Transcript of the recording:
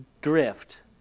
drift